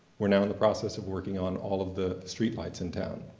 we're now in the process of working on all of the street lights in town.